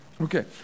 Okay